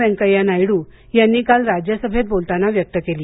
व्यंकय्या नायडू यांनी काल राज्यसभेत बोलताना व्यक्त केली